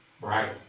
Right